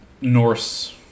Norse